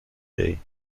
day